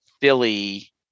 Philly